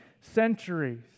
centuries